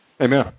Amen